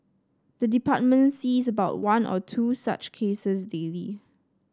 the department sees about one or two such cases daily